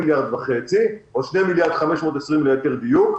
או 2.52 מיליארד ליתר דיוק,